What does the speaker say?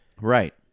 Right